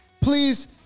please